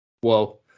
Whoa